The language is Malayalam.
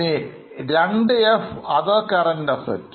2 f other current assets